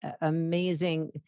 amazing